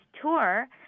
tour